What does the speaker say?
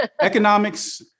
Economics